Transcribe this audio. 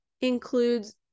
includes